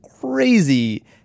crazy